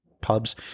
pubs